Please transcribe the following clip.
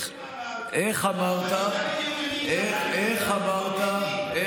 אני יודע בדיוק מה אמרתי ואני יודע בדיוק למי התכוונתי,